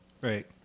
Right